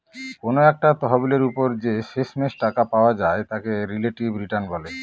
কোনো একটা তহবিলের ওপর যে শেষমেষ টাকা পাওয়া যায় তাকে রিলেটিভ রিটার্ন বলে